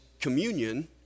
communion